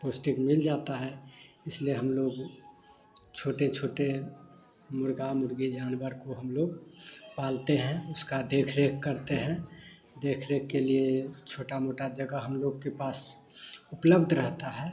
पौष्टिक मिल जाता है इसलिए हम लोग छोटे छोटे मुर्गा मुर्गी जानवर को हम लोग पालते हैं उसका देख रेख करते हैं देख रेख के लिए छोटा मोटा जगह हम लोग के पास उपलब्ध रहता है